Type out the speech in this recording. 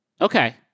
Okay